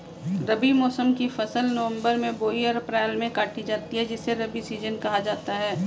रबी मौसम की फसल नवंबर में बोई और अप्रैल में काटी जाती है जिसे रबी सीजन कहा जाता है